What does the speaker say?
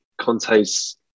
Conte's